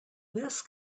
this